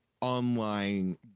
online